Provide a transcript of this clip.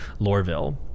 Lorville